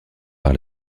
par